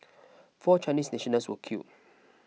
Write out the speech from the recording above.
four Chinese nationals were killed